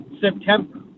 September